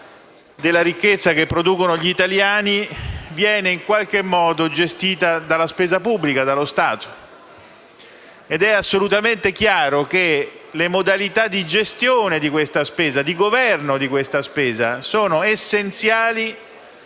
della ricchezza che producono gli italiani viene in qualche modo gestita della spesa pubblica, dallo Stato, ed è assolutamente chiaro che le modalità di gestione e di governo di questa spesa sono essenziali